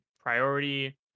priority